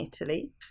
Italy